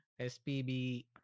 SPB